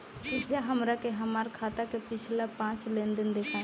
कृपया हमरा के हमार खाता के पिछला पांच लेनदेन देखाईं